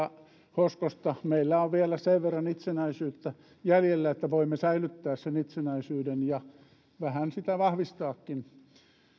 hoskosta meillä on vielä sen verran itsenäisyyttä jäljellä että voimme säilyttää sen itsenäisyyden ja vähän sitä vahvistaakin